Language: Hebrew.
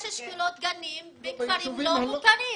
יש אשכולות גנים בכפרים לא מוכרים.